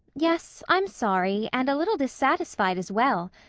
yes, i'm sorry, and a little dissatisfied as well.